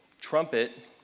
trumpet